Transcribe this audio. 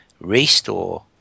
restore